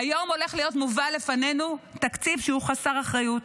היום הולך להיות מובא לפנינו תקציב שהוא חסר אחריות,